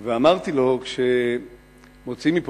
הלכתי לשר האוצר ואמרתי לו שכשמוציאים מפה